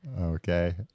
Okay